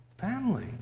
family